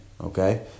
okay